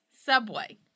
Subway